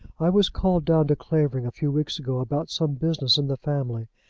i was called down to clavering a few weeks ago, about some business in the family,